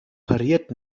pariert